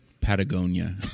Patagonia